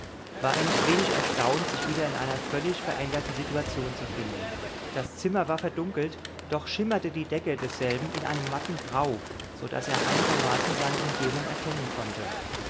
war er nicht wenig erstaunt sich wieder in einer völlig veränderten situation zu finden das zimmer war verdunkelt doch schimmerte die decke desselben in einem matten grau so daß er einigermaßen seine umgebung erkennen konnte